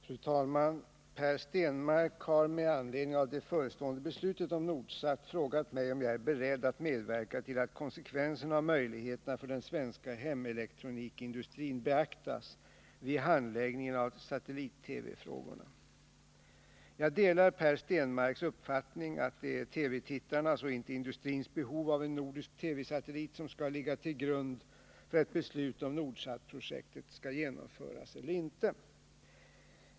Fru talman! Per Stenmarck har med anledning av det förestående beslutet om Nordsat frågat mig om jag är beredd att medverka till att konsekvenserna och möjligheterna för den svenska hemelektronikindustrin beaktas vid handläggningen av satellit-TV-frågorna. Jag delar Per Stenmarcks uppfattning att det är TV-tittarnas och inte industrins behov av en nordisk TV-satellit som skall ligga till grund för ett beslut om Nordsatprojektet skall genomföras eller inte.